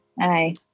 Aye